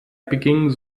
beging